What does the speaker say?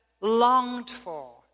longed-for